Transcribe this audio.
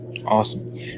awesome